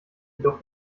jedoch